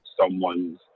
someone's